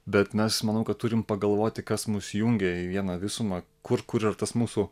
bet mes manau kad turim pagalvoti kas mus jungia į vieną visumą kur kur yra tas mūsų